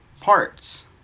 parts